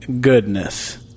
goodness